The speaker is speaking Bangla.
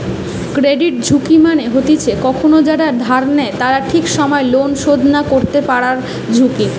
ক্রেডিট ঝুঁকি মানে হতিছে কখন যারা ধার নেই তারা ঠিক সময় লোন শোধ না করতে পায়ারঝুঁকি